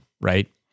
right